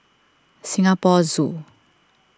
Singapore Zoo